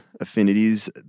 affinities